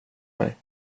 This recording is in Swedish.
mig